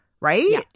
right